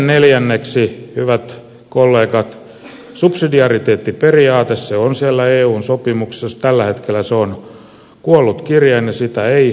neljänneksi hyvät kollegat subsidiariteettiperiaate se on siellä eun sopimuksessa tällä hetkellä on kuollut kirjain ja sitä ei todeta